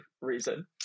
reason